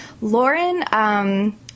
Lauren